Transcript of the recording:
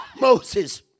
Moses